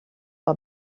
our